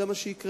זה מה שיקרה.